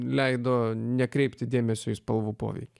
leido nekreipti dėmesio į spalvų poveikį